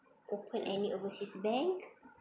open any overseas bank